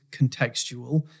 contextual